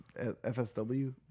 FSW